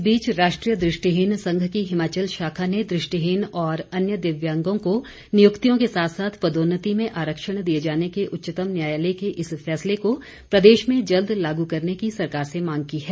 इस बीच राष्ट्रीय दृष्टिहीन संघ की हिमाचल शाखा ने दृष्टिहीन और अन्य दिव्यांगों को नियुक्तियों के साथ साथ पदोन्नति में आरक्षण दिए जाने के उच्चतम न्यायालय के इस फैसले को प्रदेश में जल्द लागू करने की सरकार से मांग की है